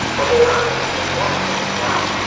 when their when their necks are not